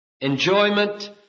enjoyment